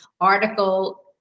article